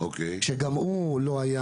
שגם הוא לא היה